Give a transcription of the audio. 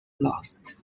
lost